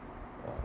uh